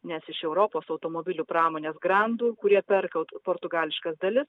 nes iš europos automobilių pramonės grandų kurie perka portugališkas dalis